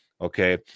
okay